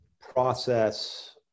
process